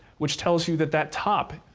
which tells you that that top,